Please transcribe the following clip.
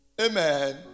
Amen